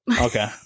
Okay